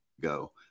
go